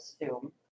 assume